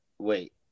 Wait